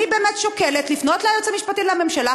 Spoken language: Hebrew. אני באמת שוקלת לפנות ליועץ המשפטי לממשלה,